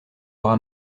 aura